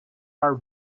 are